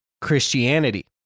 Christianity